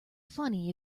funny